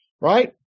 right